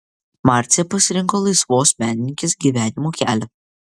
marcė pasirinko laisvos menininkės gyvenimo kelią